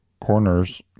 corners